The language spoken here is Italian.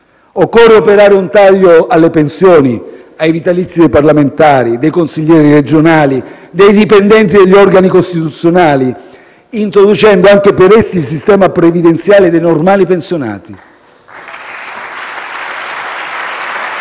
Occorre operare un taglio alle pensioni e ai vitalizi dei parlamentari, dei consiglieri regionali e dei dipendenti degli organi costituzionali, introducendo anche per essi il sistema previdenziale dei normali pensionati.